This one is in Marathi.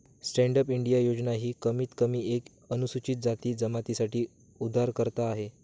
स्टैंडअप इंडिया योजना ही कमीत कमी एक अनुसूचित जाती जमाती साठी उधारकर्ता आहे